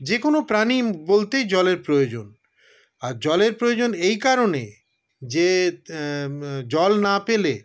যেকোনো প্রাণী বলতেই জলের প্রয়োজন আর জলের প্রয়োজন এই কারণে যে জল না পেলে